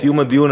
בסיום הדיון,